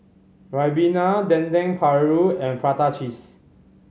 ribena Dendeng Paru and prata cheese